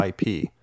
IP